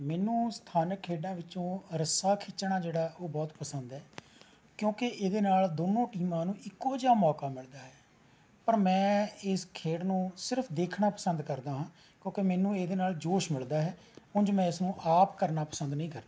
ਮੈਨੂੰ ਸਥਾਨਕ ਖੇਡਾਂ ਵਿਚੋਂ ਰੱਸਾ ਖਿੱਚਣਾ ਜਿਹੜਾ ਉਹ ਬਹੁਤ ਪਸੰਦ ਐ ਕਿਉਂਕਿ ਇਹਦੇ ਨਾਲ ਦੋਨੋਂ ਟੀਮਾਂ ਨੂੰ ਇੱਕੋ ਜਿਹਾ ਮੌਕਾ ਮਿਲਦਾ ਹੈ ਪਰ ਮੈਂ ਇਸ ਖੇਡ ਨੂੰ ਸਿਰਫ ਦੇਖਣਾ ਪਸੰਦ ਕਰਦਾ ਹਾਂ ਕਿਉਂਕਿ ਮੈਨੂੰ ਇਹਦੇ ਨਾਲ ਜੋਸ਼ ਮਿਲਦਾ ਹੈ ਉਂਝ ਮੈਂ ਇਸਨੂੰ ਆਪ ਕਰਨਾ ਪਸੰਦ ਨਹੀਂ ਕਰਦਾ